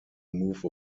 move